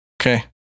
Okay